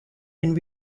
and